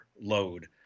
load